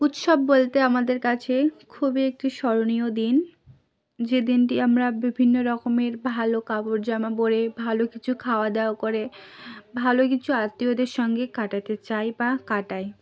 উৎসব বলতে আমাদের কাছে খুবই একটি স্মরণীয় দিন যে দিনটি আমরা বিভিন্ন রকমের ভালো কাপড়জামা পরে ভালো কিছু খাওয়া দাওয়া করে ভালো কিছু আত্মীয়দের সঙ্গে কাটাতে চাই বা কাটাই